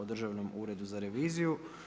Državnom uredu za reviziju.